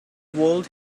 world